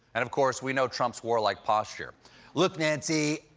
and of course, we know trump's war-like posture look, nancy.